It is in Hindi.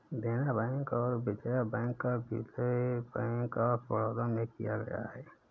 देना बैंक और विजया बैंक का विलय बैंक ऑफ बड़ौदा में किया गया है